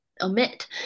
omit